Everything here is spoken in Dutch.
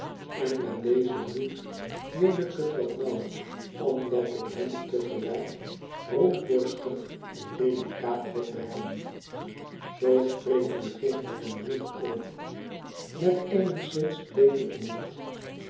en met dezen brief neem ik het wat nauw omdat ik hem te gelijk rondborstig en delicaat wilde hebben zoo sprekende geeft hij een brief over met eenigszins bleeken inkt